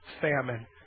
famine